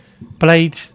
Blade